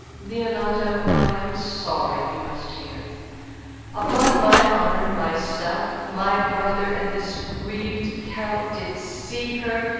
leonato, i am sorry you must hear upon my honour, myself, my brother, and this grieved count, did see her,